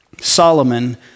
Solomon